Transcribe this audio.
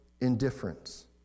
indifference